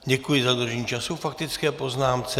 Děkuji za dodržení času k faktické poznámce.